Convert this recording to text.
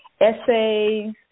essays